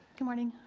good morning,